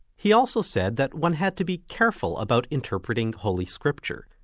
he also said that one had to be careful about interpreting holy scripture.